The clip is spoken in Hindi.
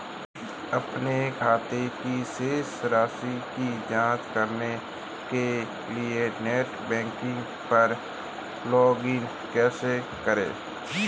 अपने खाते की शेष राशि की जांच करने के लिए नेट बैंकिंग पर लॉगइन कैसे करें?